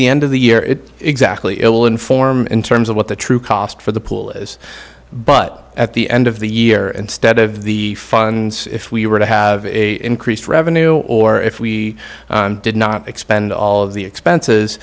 the end of the year it exactly ill informed in terms of what the true cost for the pool is but at the end of the year instead of the funds if we were to have a increased revenue or if we did not expend all of the expenses